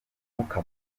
umwuka